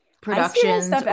production's